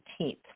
18th